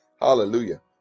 Hallelujah